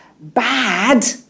bad